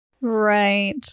Right